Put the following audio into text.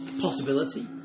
possibility